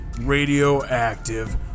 Radioactive